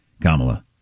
Kamala